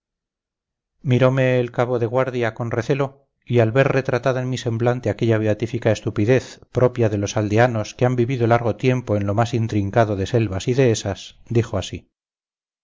mirome el cabo de guardia con recelo y al ver retratada en mi semblante aquella beatífica estupidez propia de los aldeanos que han vivido largo tiempo en lo más intrincado de selvas y dehesas dijo así